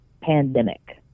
pandemic